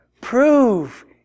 Prove